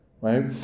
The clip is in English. right